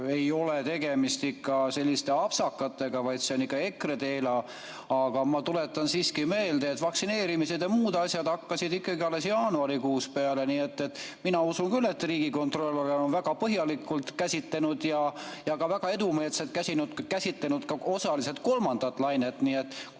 ei ole tegemist selliste apsakatega, vaid see on ikka EKREdelo. Aga ma tuletan siiski meelde, et vaktsineerimised ja muud asjad hakkasid alles jaanuarikuus peale, nii et mina usun küll, et riigikontrolör on väga põhjalikult ja väga edumeelselt käsitlenud ka osaliselt kolmandat lainet. Nii et